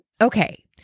Okay